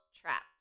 trapped